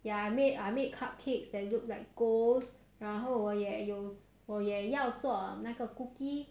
ya I made I made cupcakes that looked like ghost 然后我也有我也要做那个 cookie